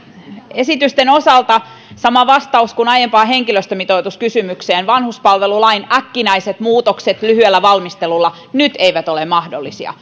esitysten osalta sama vastaus kuin aiempaan henkilöstömitoituskysymykseen vanhuspalvelulain äkkinäiset muutokset lyhyellä valmistelulla nyt eivät ole mahdollisia